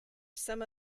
some